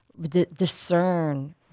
discern